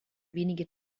wenige